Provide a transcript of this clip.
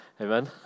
Amen